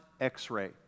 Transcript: x-ray